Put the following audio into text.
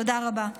תודה רבה.